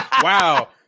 Wow